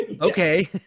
okay